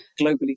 globally